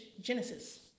Genesis